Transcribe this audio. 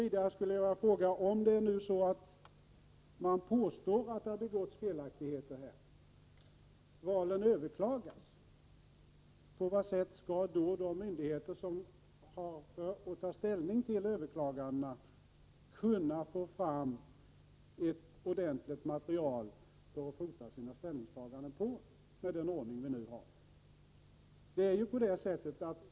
Vidare skulle jag vilja fråga: Om det nu är så att man påstår att det begåtts felaktigheter och valen överklagas — på vad sätt skall då de myndigheter som skall ta ställning till överklagandena kunna få fram ett material att fota sina ställningstaganden på med den ordning vi nu har?